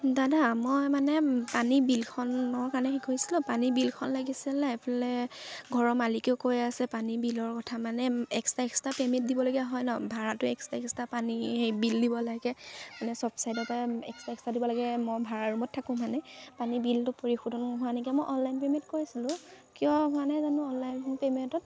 দাদা মই মানে পানী বিলখনৰ কাৰণে কৰিছিলোঁ পানী বিলখন লাগিছিলে এফালে ঘৰৰ মালিকেও কৈ আছে পানী বিলৰ কথা মানে এক্সট্ৰা এক্সট্ৰা পে'মেণ্ট দিবলগীয়া হয় ন ভাড়াটো এক্সট্ৰা এক্সট্ৰা পানী সেই বিল দিব লাগে মানে চব চাইডৰ পৰা এক্সট্ৰা এক্সট্ৰা দিব লাগে মই ভাড়া ৰুমত থাকোঁ মানে পানী বিলটো পৰিশোধন হোৱা নেকি মই অনলাইন পে'মেণ্ট কৰিছিলোঁ কিয় হোৱা নাই জানো অনলাইন পেমেণ্টত